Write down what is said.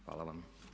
Hvala vam.